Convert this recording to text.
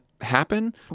happen